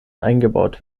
eingebaut